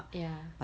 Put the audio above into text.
ya